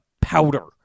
powder